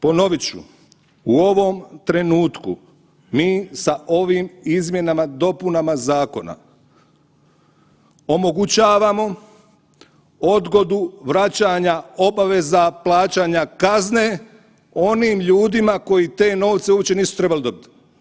Ponovit ću, u ovom trenutku mi sa ovim izmjenama, dopunama zakona omogućavamo odgodu vraćanja obaveza plaćanja kazne onim ljudima koji te novce uopće nisu trebali dobit.